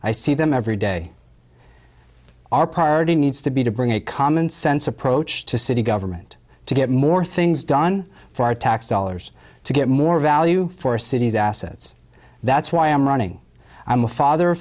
i see them every day our priority needs to be to bring a common sense approach to city government to get more things done for our tax dollars to get more value for our cities assets that's why i'm running i'm a father